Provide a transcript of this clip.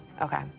Okay